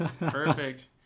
Perfect